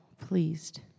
pleased